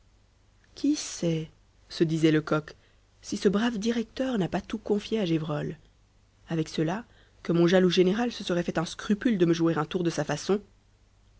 qui sait se disait lecoq si ce brave directeur n'a pas tout confié à gévrol avec cela que mon jaloux général se serait fait un scrupule de me jouer un tour de sa façon